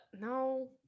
No